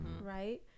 right